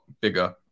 bigger